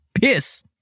piss